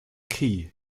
key